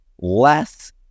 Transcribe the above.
less